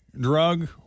drug